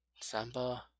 December